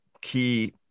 key